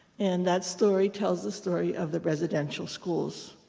and that story tells the story of the residential schools,